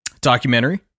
documentary